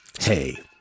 Hey